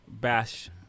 Bash